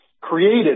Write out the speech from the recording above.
created